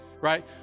right